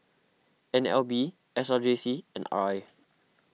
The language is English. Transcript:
N L B S R J C and R I